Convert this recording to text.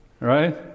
Right